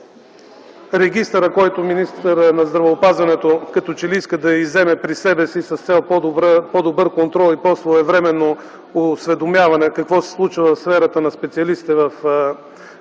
регистъра, който министърът на здравеопазването като че ли иска да изземе при себе си с цел по-добър контрол и по-своевременно осведомяване какво се случва в сферата на специалистите в